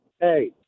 Hey